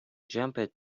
jumped